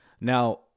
Now